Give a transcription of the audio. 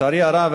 לצערי הרב,